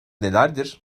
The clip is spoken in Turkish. nelerdir